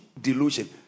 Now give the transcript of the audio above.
delusion